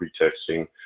pretexting